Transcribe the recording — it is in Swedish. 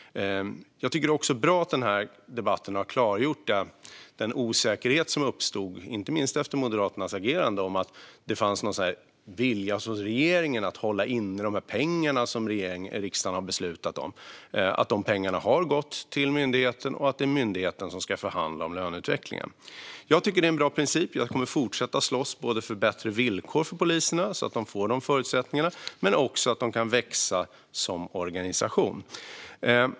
Jag tycker också att det är bra att den här debatten har klargjort vad som gäller efter den osäkerhet som uppstod inte minst efter Moderaternas agerande om att det fanns något slags vilja hos regeringen att hålla inne de pengar som riksdagen har beslutat om. Nu har vi klargjort att pengarna har gått till myndigheten och att det är myndigheten som ska förhandla om löneutvecklingen. Jag tycker att det är en bra princip. Jag kommer att fortsätta att slåss för bättre villkor för poliserna så att de får bättre förutsättningar men också så att de kan växa som organisation.